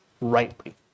rightly